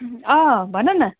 अँ भन न